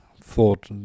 thought